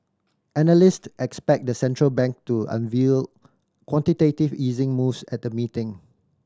analyst expect the central bank to unveil quantitative easing moves at the meeting